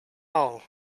all